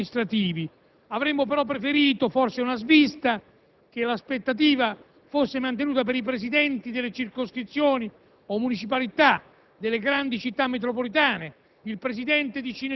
per incarichi consiliari e non amministrativi. Avremmo però preferito, forse è una svista, che l'aspettativa fosse mantenuta per i Presidenti delle circoscrizioni o municipalità